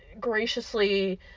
graciously